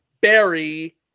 Barry